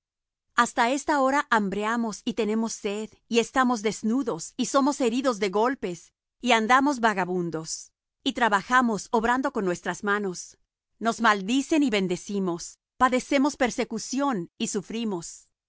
hasta esta hora hambreamos y tenemos sed y estamos desnudos y somos heridos de golpes y andamos vagabundos y trabajamos obrando con nuestras manos nos maldicen y bendecimos padecemos persecución y sufrimos